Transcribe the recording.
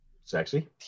sexy